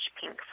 pink